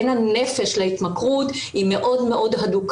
בין הנפש להתמכרות הוא מאוד מאוד הדוק